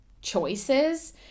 choices